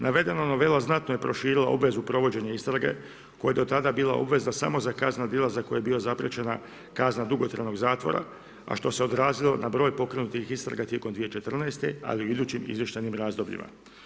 Navedeno, novela, znatno je proširila obvezu provođenja istrage koja je do tada bila obveza samo za kaznena dijela za koje je bilo zapriječena kazna dugotrajnog zatvora, a što se odrazilo na broj pokrenutih istraga tijekom 2014. ali i u idućim izvještajnim razlozima.